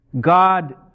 God